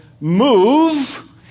move